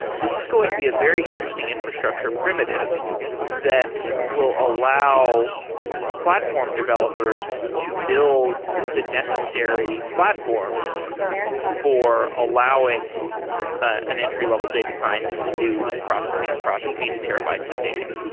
this is going to be a very interesting infrastructure primitive that will allow platform developers to build the necessary platforms for allowing an entry-level data scientist to do processing across eighty terabytes of data.